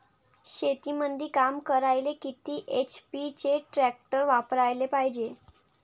शेतीमंदी काम करायले किती एच.पी चे ट्रॅक्टर वापरायले पायजे?